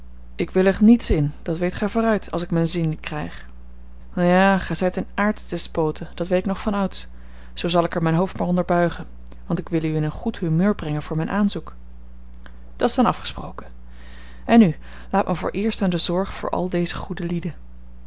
ik willig niets in dat weet gij vooruit als ik mijn zin niet krijg ja gij zijt eene aartsdespote dat weet ik nog vanouds zoo zal ik er mijn hoofd maar onder buigen want ik wil u in een goed humeur brengen voor mijn aanzoek dat's dan afgesproken en nu laat me vooreerst aan de zorg voor alle deze goede lieden